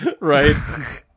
Right